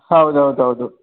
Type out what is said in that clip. ಹೌದು ಹೌದು ಹೌದು